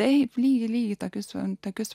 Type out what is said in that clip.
taip lygiai lygiai tokius antakius